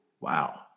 Wow